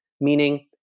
meaning